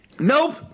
nope